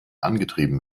angetrieben